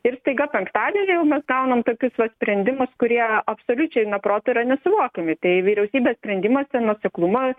ir staiga penktadienį jau mes gaunam tokius vat sprendimus kurie absoliučiai na protu yra nesuvokiami tai vyriausybės sprendimuose nuoseklumą